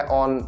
on